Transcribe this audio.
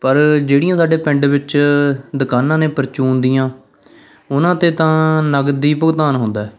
ਪਰ ਜਿਹੜੀਆਂ ਸਾਡੇ ਪਿੰਡ ਵਿੱਚ ਦੁਕਾਨਾਂ ਨੇ ਪਰਚੂਨ ਦੀਆਂ ਉਹਨਾਂ 'ਤੇ ਤਾਂ ਨਗਦੀ ਭੁਗਤਾਨ ਹੁੰਦਾ